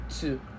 two